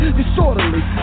disorderly